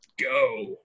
go